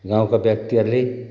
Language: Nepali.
गाउँका व्यक्तिहरूले